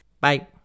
Bye